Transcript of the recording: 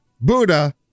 buddha